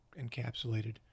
encapsulated